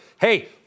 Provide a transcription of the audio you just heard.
hey